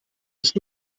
ist